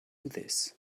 this